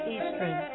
Eastern